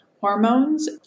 hormones